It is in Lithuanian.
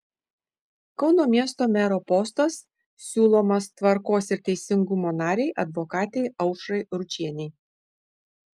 kauno miesto mero postas siūlomas tvarkos ir teisingumo narei advokatei aušrai ručienei